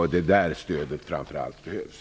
Det är där stödet framför allt behövs.